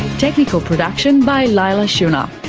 technical production by leila shunnar,